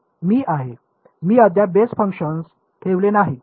मी आहे मी अद्याप बेस फंक्शन्स ठेवले नाही